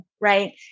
right